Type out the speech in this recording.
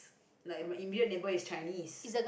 like my inbuilt neighbour is Chinese